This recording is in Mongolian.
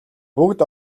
бүгд